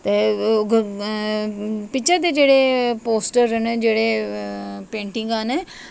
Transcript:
picture दे जेह्ड़े poster न पेंटिंगां न